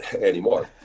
anymore